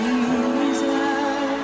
Jesus